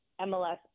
MLS